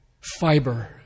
fiber